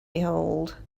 behold